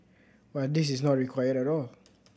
but this is not required at all